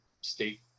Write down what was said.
state